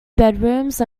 bedrooms